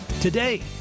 Today